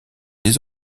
des